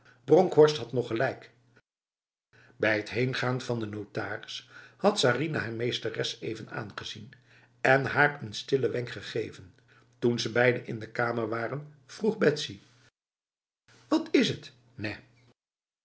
bronkhorst had nog gelijk bij het heengaan van de notaris had sarinah haar meesteres even aangezien en haar een stille wenk gegeven toen ze beiden in de kamer waren vroeg betsy wat is het nèh